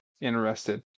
interested